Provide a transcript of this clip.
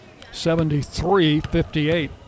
73-58